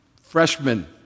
freshman